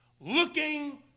looking